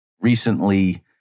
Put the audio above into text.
recently